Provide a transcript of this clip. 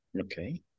Okay